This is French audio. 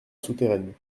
souterraine